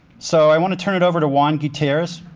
so i wanna turn it over to juan gutierrez.